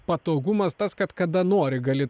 patogumas tas kad kada nori gali